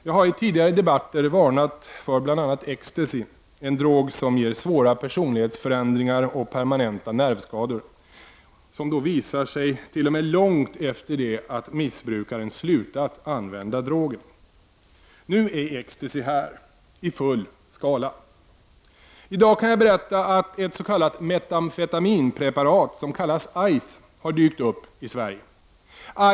Jag har i tidigare debatter varnat för bl.a. Ecstasy — en drog som ger svåra personlighetsförändringar och permanenta nervskador, som visar sig t.o.m. långt efter det att missbrukaren slutat använda drogen. Nu är Ecstasy här — i full skala. I dag kan jag berätta att ett s.k. metamfetaminpreparat som kallas Ice har dykt upp i Sverige.